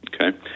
Okay